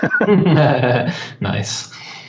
Nice